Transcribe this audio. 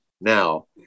now